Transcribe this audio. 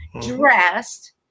dressed